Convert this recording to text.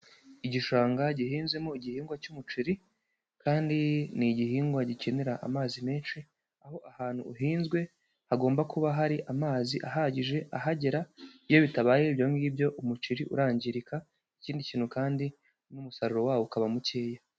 Igishanga gihinzemo igihingwa cy'umuceri, kandi ni igihingwa gikenera amazi menshi, aho ahantu uhinzwe hagomba kuba hari amazi ahagije ahagera. Iyo bitabaye ibyo ngibyo umuceri urangirika. Ikindi kintu kandi n'umusaruro wawo ukaba mukeya.